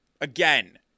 Again